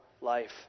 life